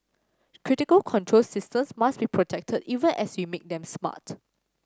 critical control systems must be protected even as we make them smart